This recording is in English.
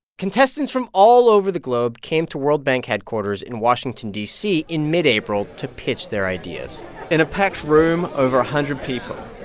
contestants from all over the globe came to world bank headquarters in washington, d c, in mid-april to pitch their ideas in a packed room over one hundred people.